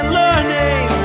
learning